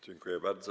Dziękuję bardzo.